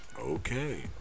okay